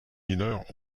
mineurs